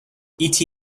eta